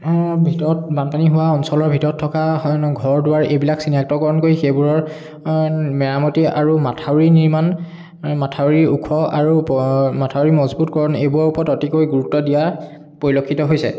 ভিতৰত বানপানী হোৱা অঞ্চলৰ ভিতৰত থকা ঘৰ দুৱাৰ এইবিলাক চিনাক্তকৰণ কৰি সেইবোৰৰ মেৰামতি আৰু মাঠাউৰি নিৰ্মাণ মাঠাউৰি ওখ আৰু মাঠাউৰি মজবুতকৰণ এইবোৰৰ ওপৰত অতিকৈ গুৰুত্ব দিয়া পৰিলক্ষিত হৈছে